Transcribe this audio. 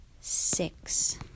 six